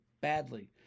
badly